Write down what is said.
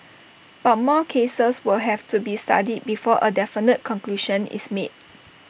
but more cases will have to be studied before A definite conclusion is made